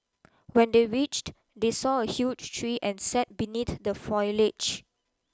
when they reached they saw a huge tree and sat beneath the foliage